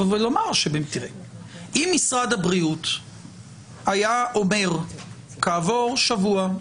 אם משרד הבריאות היה אומר כעבור שבוע,